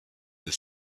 the